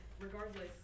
regardless